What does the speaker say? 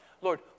Lord